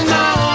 now